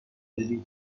بلیط